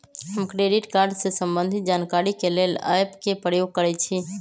हम credit card से संबंधित जानकारी के लेल एप के प्रयोग करइछि